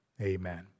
Amen